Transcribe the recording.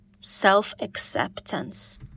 self-acceptance